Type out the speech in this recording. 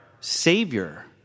Savior